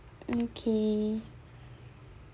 okay